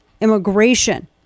immigration